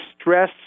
stress